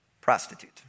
prostitute